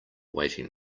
waiting